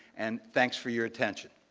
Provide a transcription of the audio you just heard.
and thanks for your attention.